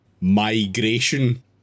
Migration